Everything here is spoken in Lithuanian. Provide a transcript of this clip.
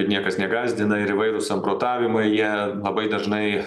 niekas negąsdina ir įvairūs samprotavimai jie labai dažnai